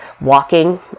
walking